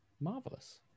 marvelous